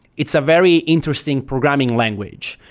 it's a very interesting programming language.